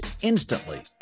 instantly